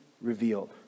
revealed